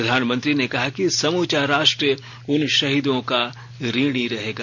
प्रधानमंत्री ने कहा कि समूचा राष्ट्र उन शहीदों का ऋणी रहेगा